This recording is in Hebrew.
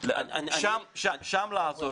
שם לעשות.